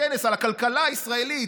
בכנס על הכלכלה הישראלית,